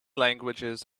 languages